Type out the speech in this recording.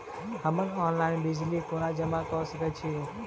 हम्मर online bill कोना जमा कऽ सकय छी?